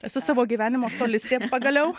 esu savo gyvenimo solistė pagaliau